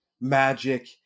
magic